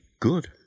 good